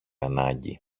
ανάγκη